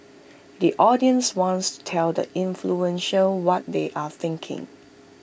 the audience wants to tell the influential what they are thinking